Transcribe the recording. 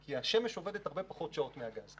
כי השמש עובדת הרבה פחות שעות מהגז.